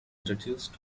introduced